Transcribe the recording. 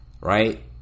right